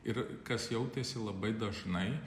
ir kas jautėsi labai dažnai